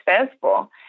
successful